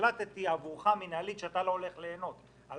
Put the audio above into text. החלטתי עבורך שאתה לא הולך ליהנות - או על